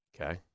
Okay